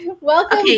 Welcome